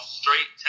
straight